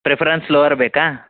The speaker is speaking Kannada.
ಪ್ರಿಫರೆನ್ಸ್ ಲೋವರ್ ಬೇಕಾ